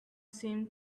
seemed